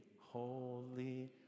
holy